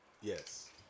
Yes